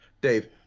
Dave